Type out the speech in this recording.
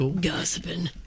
Gossiping